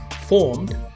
formed